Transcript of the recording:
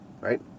right